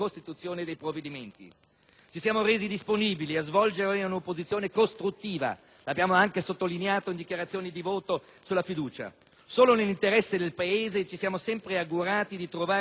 ci siamo resi disponibili a svolgere un'opposizione costruttiva (lo abbiamo anche sottolineato in dichiarazione di voto sulla fiducia) solo nell'interesse del Paese e ci siamo sempre augurati di trovare momenti di condivisione: